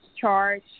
charge